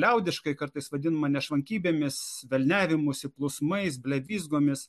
liaudiškai kartais vadinama nešvankybėmis velnevimosi plūsmais blevyzgomis